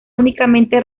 únicamente